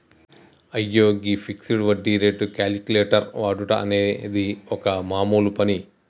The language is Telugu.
అయ్యో గీ ఫిక్సడ్ వడ్డీ రేటు క్యాలిక్యులేటర్ వాడుట అనేది ఒక మామూలు పని